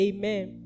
Amen